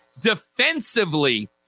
Defensively